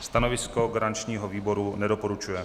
Stanovisko garančního výboru nedoporučuje.